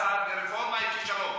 אז הרפורמה היא כישלון.